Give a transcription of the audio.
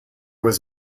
was